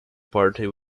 party